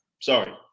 Sorry